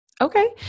Okay